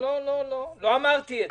לא, לא, לא אמרתי את זה.